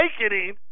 awakening